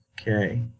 Okay